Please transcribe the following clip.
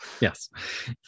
Yes